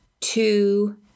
two